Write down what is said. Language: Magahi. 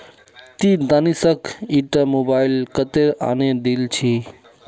ती दानिशक ईटा मोबाइल कत्तेत आने दिल छि